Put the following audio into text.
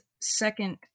second